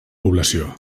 població